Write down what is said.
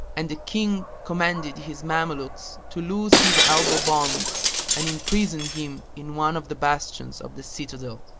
and the king commanded his mamelukes to loose his elbow bonds and imprison him in one of the bastions of the citadel.